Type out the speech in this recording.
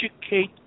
educate